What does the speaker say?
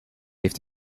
heeft